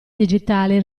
digitale